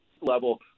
level